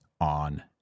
on